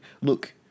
Look